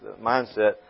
mindset